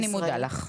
אני מודה לך.